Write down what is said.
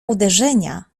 uderzenia